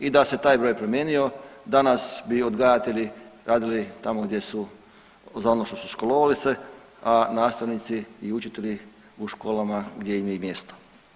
I da se taj broj promijenio danas bi odgajatelji radili tamo gdje su, za ono što su školovali se, a nastavnici i učitelji u školama gdje im je i mjesto.